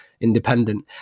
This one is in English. independent